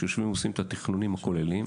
כשיושבים ועושים את התכנונים הכוללים,